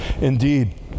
Indeed